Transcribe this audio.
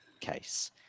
case